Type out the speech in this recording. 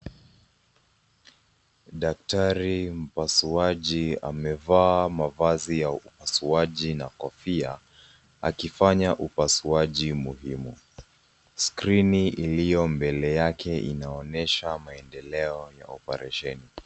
Daktari mpasuaji amevaa mavazi ya upasuaji na kofia akifanya upasuaji muhimu. Skrini iliyo mbele yake inaonyesha maendeleo ya operesheni.